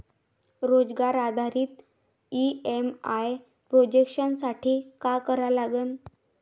रोजगार आधारित EMI projection साठी का करा लागन?